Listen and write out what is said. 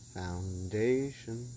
foundation